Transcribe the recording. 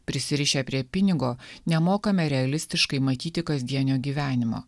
prisirišę prie pinigo nemokame realistiškai matyti kasdienio gyvenimo